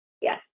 Yes